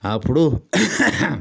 అప్పుడు